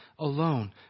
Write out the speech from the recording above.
alone